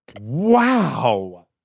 Wow